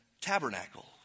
tabernacle